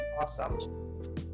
awesome